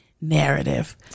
narrative